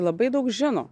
labai daug žino